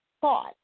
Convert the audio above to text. thought